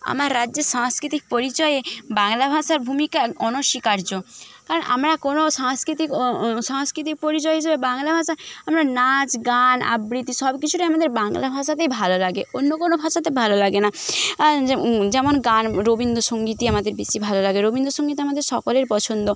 আমার রাজ্যে সাংস্কৃতিক পরিচয়ে বাংলা ভাষার ভূমিকা অনস্বীকার্য আর আমরা কোনো সাংস্কৃতিক সাংস্কৃতিক পরিচয় হিসেবে বাংলা ভাষা আমরা নাচ গান আবৃতি সব কিছুর আমাদের বাংলা ভাষাতেই ভালো লাগে অন্য কোনো ভাষাতে ভালো লাগে না যেমন গান রবীন্দ্র সঙ্গীতই আমাদের বেশি ভালো লাগে রবীন্দ্র সঙ্গীত আমাদের সকলের পছন্দ